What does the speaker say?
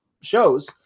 shows